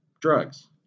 drugs